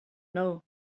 know